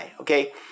Okay